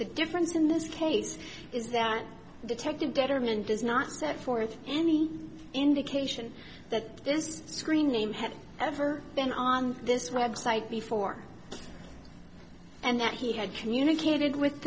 the difference in this case is that detective betterman does not set forth any indication that this screen name have ever been on this website before and that he had communicated with